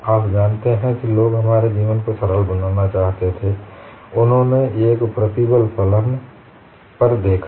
आप जानते हैं कि लोग हमारे जीवन को सरल बनाना चाहते थे उन्होंने एक प्रतिबल फलन दृष्टिकोण पर देखा